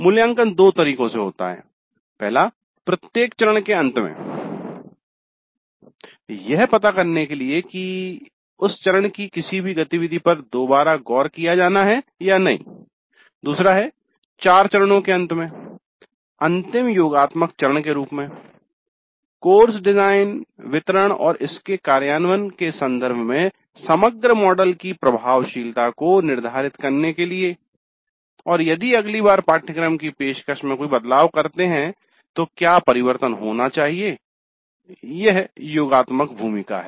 मूल्यांकन दो तरीकों से होता है प्रत्येक चरण के अंत में यह पता करने के लिए कि उस चरण की किसी भी गतिविधि पर दोबारा गौर किया जाना है या नहीं २ चार चरणों के अंत में अंतिम योगात्मक चरण के रूप में कोर्स डिजाईन वितरण और इसके कार्यान्वयन के संदर्भ में समग्र मॉडल की प्रभावशीलता को निर्धारित करने के लिए और यदि अगली बार पाठ्यक्रम की पेशकश में कोई बदलाव करते है तो क्या परिवर्तन होना चाहिए यह योगात्मक भूमिका है